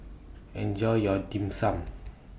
Enjoy your Dim Sum